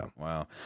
Wow